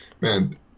man